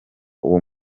uwo